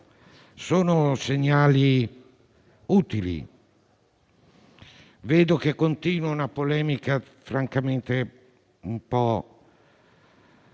di segnali utili. Vedo che continua una polemica francamente un po'